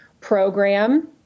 program